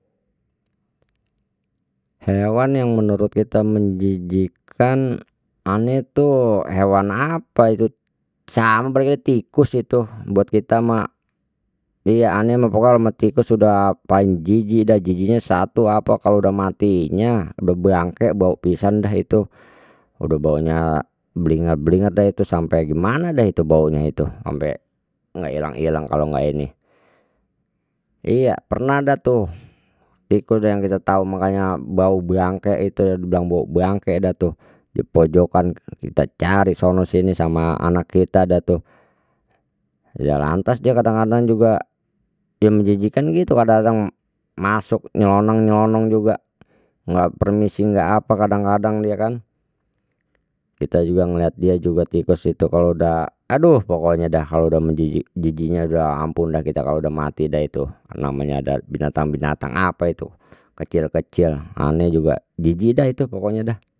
Hewan yang menurut kita menjijikkan ane tuh hewan apa itu tikus itu buat kita mah, iya ane mah pokok tikus sudah paling jijik dah jijiknya satu apa kalau udah mati nya udah bangke bau pisan dah itu udah baunya belingar belinger dah itu sampai gimana dah itu baunya itu sampai enggak ilang ilang kalau enggak ini, iya pernah ada tuh tikus yang kita tahu makanya bau bangke itu dibilang bau bangke dah tuh dipojokkan kita cari sono sini sama anak kita da tuh ya lantas dia kadang kadang juga dia menjijikkan gitu, kadang masuk nyelonong, nyelonong juga nggak permisi nggak apa kadang-kadang dia kan kita juga ngelihat dia juga tikus itu kalau udah aduh pokoknya dah kalau udah menjijik jijiknya udah ampun dah kita kalau udah mati dah itu namanya ada binatang binatang apa itu kecil kecil aneh juga jijik dah itu pokoknya dah.